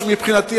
שמבחינתי,